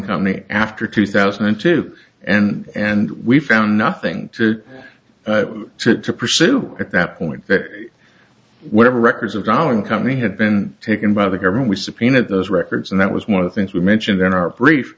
coming after two thousand and two and and we found nothing to trip to pursue at that point that whatever records of going company had been taken by the government we subpoena those records and that was one of the things we mentioned in our brief